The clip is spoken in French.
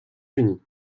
unis